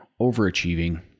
overachieving